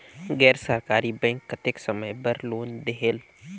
गैर सरकारी बैंक कतेक समय बर लोन देहेल?